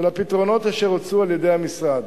להצעות ולפתרונות אשר הוצעו על-ידי המשרד.